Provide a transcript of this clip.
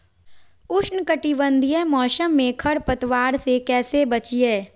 उष्णकटिबंधीय मौसम में खरपतवार से कैसे बचिये?